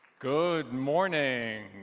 good morning,